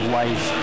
life